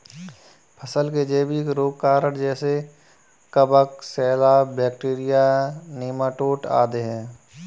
फसल के जैविक रोग कारक जैसे कवक, शैवाल, बैक्टीरिया, नीमाटोड आदि है